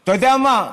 אתה יודע מה?